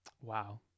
Wow